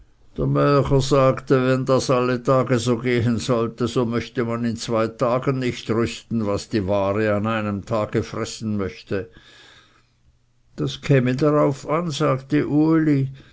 wenn das all tag so gehen sollte so möchte man in zwei tagen nicht rüsten was die ware an einem tage fressen möchte das käme darauf an sagte uli